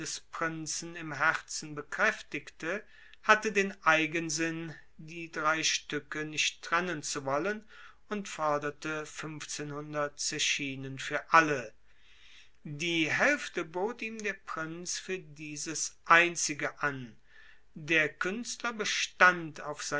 prinzen im herzen bekräftigte hatte den eigensinn die drei stücke nicht trennen zu wollen und forderte zechinen für alle die hälfte bot ihm der prinz für dieses einzige an der künstler bestand auf